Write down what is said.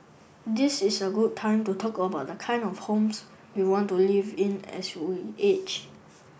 this is a good time to talk about the kind of homes we want to live in as we age